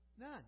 None